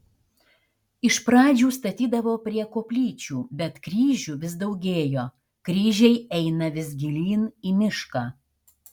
iš pradžių statydavo prie koplyčių bet kryžių vis daugėjo kryžiai eina vis gilyn į mišką